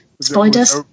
spiders